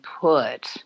put